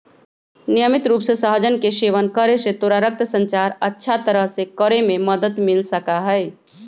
नियमित रूप से सहजन के सेवन करे से तोरा रक्त संचार अच्छा तरह से करे में मदद मिल सका हई